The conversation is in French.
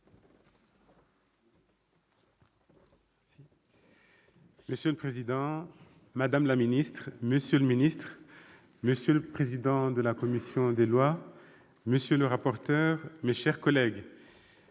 Monsieur le président, madame la ministre, monsieur le secrétaire d'État, monsieur le président de la commission des lois, monsieur le rapporteur, mes chers collègues,